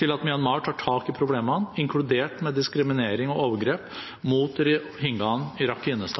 til at Myanmar tar tak i problemene, inkludert med diskriminering og overgrep mot